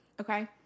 Okay